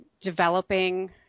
developing